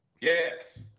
Yes